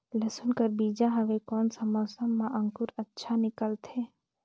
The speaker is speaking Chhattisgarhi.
लसुन कर बीजा हवे कोन सा मौसम मां अंकुर अच्छा निकलथे?